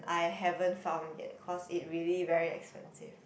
I haven't found yet cause it really very expensive